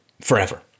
forever